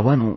ಅವನು